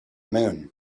moon